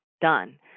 done